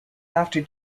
after